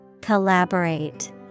Collaborate